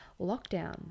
lockdown